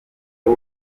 w’u